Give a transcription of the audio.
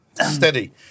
Steady